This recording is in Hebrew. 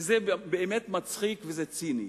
וזה באמת מצחיק וזה ציני,